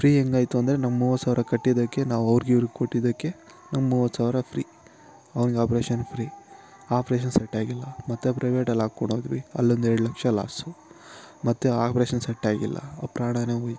free ಹೇಗ್ ಆಯಿತು ಅಂದರೆ ನಾವು ಮೂವತ್ತು ಸಾವಿರ ಕಟ್ಟಿದಕ್ಕೆ ನಾವು ಅವ್ರಿಗೆ ಇವ್ರಿಗೆ ಕೊಟ್ಟಿದಕ್ಕೆ ನಮ್ಗೆ ಮೂವತ್ತು ಸಾವಿರ ಫ್ರೀ ಅವ್ನಿಗೆ ಆಪ್ರೇಷನ್ ಫ್ರೀ ಆಪ್ರೇಷನ್ ಸೆಟ್ಟಾಗಿಲ್ಲ ಮತ್ತು ಪ್ರೈವೇಟಲ್ಲಿ ಹಾಕೊಂಡ್ ಹೋದ್ವಿ ಅಲ್ಲೊಂದು ಎರಡು ಲಕ್ಷ ಲಾಸು ಮತ್ತು ಆಪ್ರೇಷನ್ ಸೆಟ್ ಆಗಿಲ್ಲ ಪ್ರಾಣಾನೇ ಹೋಯ್ತು